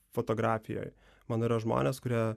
fotografijoj mano yra žmonės kurie